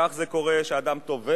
כך זה קורה כשאדם טובע,